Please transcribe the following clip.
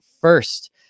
first